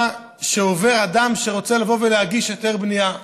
שעובר אדם שרוצה לבוא ולהגיש היתר בנייה.